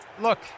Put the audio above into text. look